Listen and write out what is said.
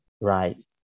Right